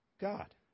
god